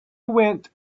went